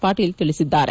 ಪಾಟೀಲ್ ತಿಳಿಸಿದ್ದಾರೆ